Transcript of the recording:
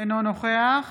אינו נוכח